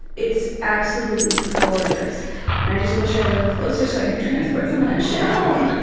it's absolutely gorgeous and i just wished i lived closer so i could transport some of that shit home.